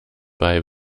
bei